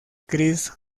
chris